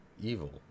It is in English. evil